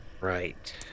Right